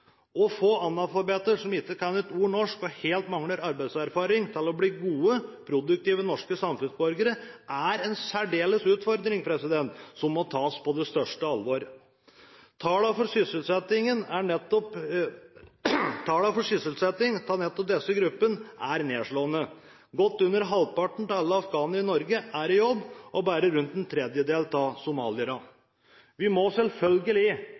Å få analfabeter som ikke kan et ord norsk og helt mangler arbeidserfaring, til å bli gode, produktive norske samfunnsborgere, er en utfordring som må tas på største alvor. Tallene for sysselsetting av nettopp disse gruppene er nedslående. Godt under halvparten av alle afghanere i Norge er i jobb, og bare rundt en tredjedel av somalierne. Vi må selvfølgelig